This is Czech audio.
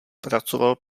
pracoval